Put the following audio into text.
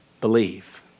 believe